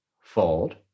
fold